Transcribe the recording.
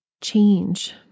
change